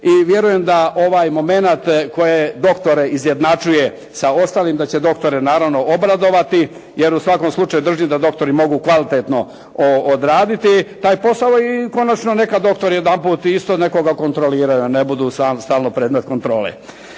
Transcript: i vjerujem da ovaj momenat koji doktore izjednačuje sa ostalim da će doktore naravno obradovati jer u svakom slučaju drži da doktori mogu kvalitetno odraditi taj posao i konačno neka doktori jedanput isto nekoga kontroliraju da ne budu stalno predmet kontrole.